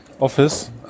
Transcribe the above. office